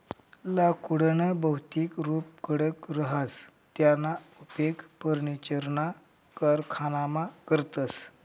लाकुडनं भौतिक रुप कडक रहास त्याना उपेग फर्निचरना कारखानामा करतस